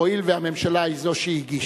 הואיל והממשלה היא זו שהגישה,